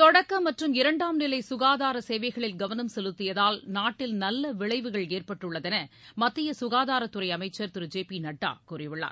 தொடக்க மற்றும் இரண்டாம் நிலை சுகாதார சேவைகளில் கவனம் செலுத்தியதால் நாட்டில் நல்ல விளைவுகள் ஏற்பட்டுள்ளதென மத்திய சுகாதாரத்துறை அமைச்சர் திரு ஜே பி நட்டா கூறியுள்ளார்